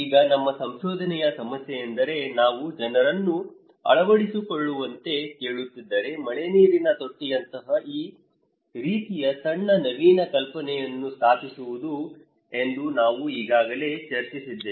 ಈಗ ನಮ್ಮ ಸಂಶೋಧನೆಯ ಸಮಸ್ಯೆಯೆಂದರೆ ನಾವು ಜನರನ್ನು ಅಳವಡಿಸಿಕೊಳ್ಳುವಂತೆ ಕೇಳುತ್ತಿದ್ದರೆ ಮಳೆನೀರಿನ ತೊಟ್ಟಿಯಂತಹ ಈ ರೀತಿಯ ಸಣ್ಣ ನವೀನ ಕಲ್ಪನೆಯನ್ನು ಸ್ಥಾಪಿಸುವುದು ಎಂದು ನಾವು ಈಗಾಗಲೇ ಚರ್ಚಿಸಿದ್ದೇವೆ